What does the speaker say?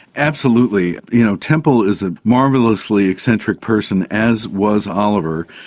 absolutely, you know, temple is a marvellously eccentric person, as was oliver.